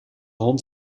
hond